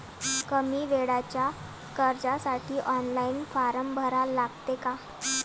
कमी वेळेच्या कर्जासाठी ऑनलाईन फारम भरा लागते का?